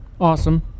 awesome